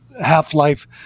Half-Life